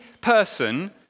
person